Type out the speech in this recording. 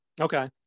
okay